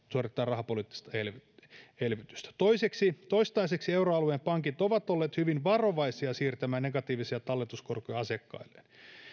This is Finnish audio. suoritetaan rahapoliittista elvytystä elvytystä toistaiseksi euroalueen pankit ovat olleet hyvin varovaisia siirtämään negatiivisia talletuskorkoja asiakkailleen